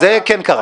-- זה כן קרה.